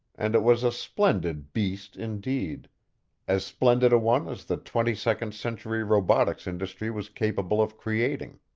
and it was a splendid beast indeed as splendid a one as the twenty-second century robotics industry was capable of creating.